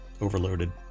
overloaded